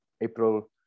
April